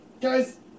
guys